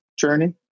journey